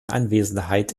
anwesenheit